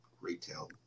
retail